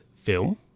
film